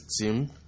team